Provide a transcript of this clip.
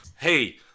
hey